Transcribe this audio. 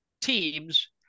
teams